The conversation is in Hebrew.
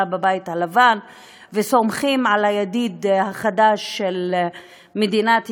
בבית הלבן וסומכים על הידיד החדש של מדינת ישראל,